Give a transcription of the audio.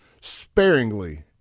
sparingly